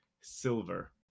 Silver